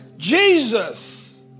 Jesus